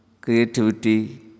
creativity